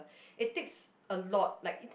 it take a lot like